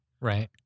Right